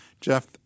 Jeff